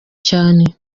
cyane